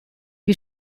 wie